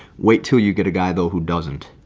wait till you get a guy though, who doesn't?